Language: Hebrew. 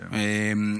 כן.